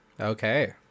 Okay